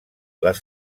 les